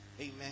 amen